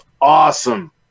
awesome